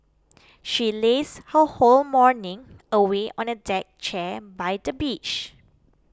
she lazed her whole morning away on a deck chair by the beach